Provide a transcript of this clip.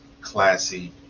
classy